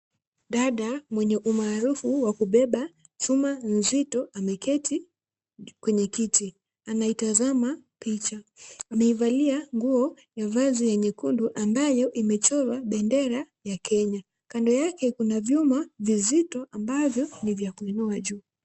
Dada mwenye umaarufu wa kubeba chuma nzito ameketi kwenye kiti. Anaitazama picha, ameivalia nguo ya vazi ya nyekundu ambayo imechorwa bendera ya Kenya. Kando yake kuna vyuma vizito ambavyo ni vya kuinua juu.